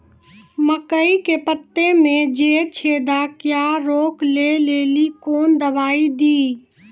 मकई के पता मे जे छेदा क्या रोक ले ली कौन दवाई दी?